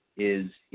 is,